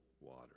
water